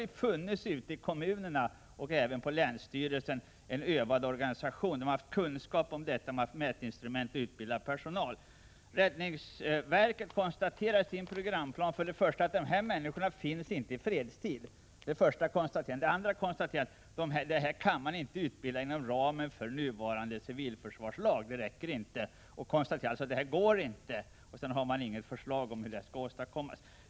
Då hade det ute i kommunerna och på länsstyrelsen funnits en övad organisation, som hade haft kunskaper, mätinstrument och utbildad personal. Räddningsverket konstaterar i sin programplan för det första att dessa människor inte finns i fredstid, för det andra att man inte kan klara denna utbildning inom ramen för nuvarande civilförsvarslag. Räddningsverket konstaterar att det inte går att genomföra — och har sedan inget förslag om hur det skulle kunna åstadkommas.